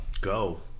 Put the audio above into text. Go